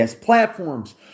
platforms